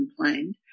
complained